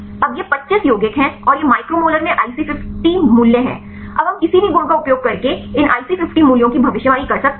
अब ये 25 यौगिक हैं और यह माइक्रोमोलर में IC50 मूल्य है अब हम किसी भी गुण का उपयोग करके इन IC50 मूल्यों की भविष्यवाणी कर सकते हैं